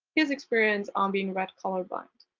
his experience on being red color blind.